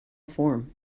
form